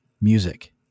music